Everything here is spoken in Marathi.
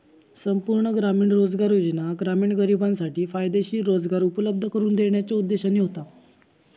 संपूर्ण ग्रामीण रोजगार योजना ग्रामीण गरिबांसाठी फायदेशीर रोजगार उपलब्ध करून देण्याच्यो उद्देशाने होता